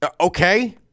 okay